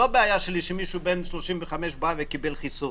הבעיה שלי היא לא שמישהו בן 35 קיבל חיסון